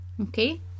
Okay